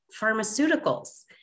pharmaceuticals